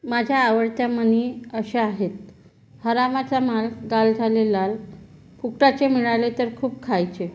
माझ्या आवडत्या म्हणी अशा आहेत हरामाचा माल गाल झाले लाल फुकटाचे मिळाले तर खूप खायचे